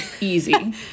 easy